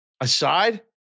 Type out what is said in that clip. Aside